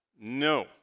no